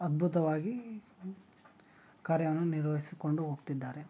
ಅದ್ಭುತವಾಗಿ ಕಾರ್ಯವನ್ನು ನಿರ್ವಹಿಸಿಕೊಂಡು ಹೋಗ್ತಿದ್ದಾರೆ